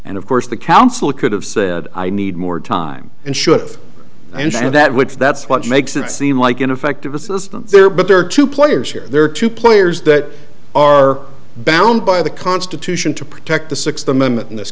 and of course the counsel could have said i need more time and should've mentioned that which that's what makes it seem like ineffective assistance there but there are two players here there are two players that are balanced by the constitution to protect the sixth amendment in this